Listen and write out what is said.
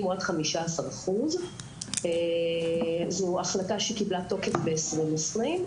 הוא רק 15%. זו החלטה שקיבלה תוקף ב-2020.